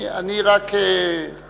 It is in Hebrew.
אני אומר מה התארים.